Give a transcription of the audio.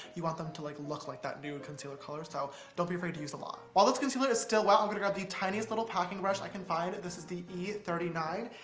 you want them to like look like that nude concealer color, so don't be afraid to use a lot. while this concealer is still wet, i'm gonna grab the tiniest little packing brush i can find. this is the e three nine,